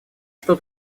что